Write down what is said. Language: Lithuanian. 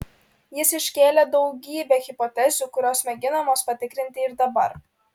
jis iškėlė daugybę hipotezių kurios mėginamos patikrinti ir dabar